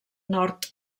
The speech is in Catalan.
nord